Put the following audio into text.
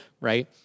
right